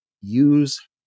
use